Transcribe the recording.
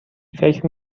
فکر